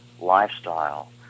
lifestyle